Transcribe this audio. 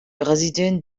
président